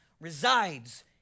resides